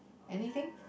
anything